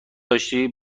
داشتی